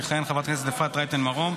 תכהן חברת הכנסת אפרת רייטן מרום.